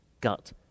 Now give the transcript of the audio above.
gut